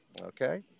okay